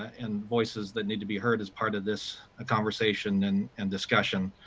and voices that need to be heard, as part of this conversation and and discussion.